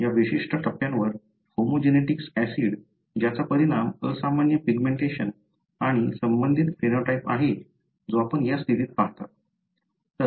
या विशिष्ट टप्प्यावर होमोजेन्टिसिक ऍसिड ज्याचा परिणाम असामान्य पिग्मेंटेशन आणि संबंधित फेनोटाइप आहे जो आपण या स्थितीत पाहता